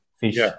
fish